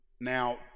Now